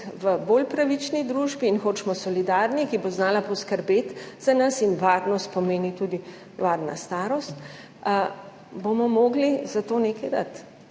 v bolj pravični družbi in hočemo solidarno družbo, ki bo znala poskrbeti za nas, varnost pomeni tudi varna starost, bomo morali za to nekaj dati.